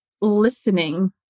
listening